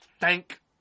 Thank